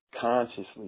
consciously